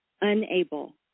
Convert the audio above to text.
unable